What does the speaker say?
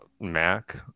Mac